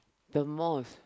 the most